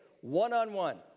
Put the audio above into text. one-on-one